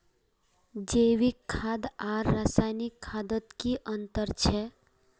जैविक खाद आर रासायनिक खादोत की अंतर छे?